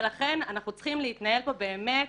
ולכן, אנחנו צריכים להתנהל פה באמת